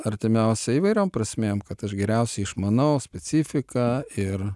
artimiausia įvairiom prasmėm kad aš geriausiai išmanau specifiką ir